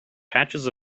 patches